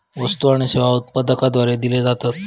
वस्तु आणि सेवा उत्पादकाद्वारे दिले जातत